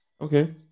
Okay